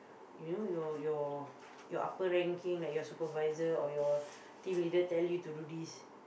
you know your your your upper ranking like your supervisor or your team leader tell you to do this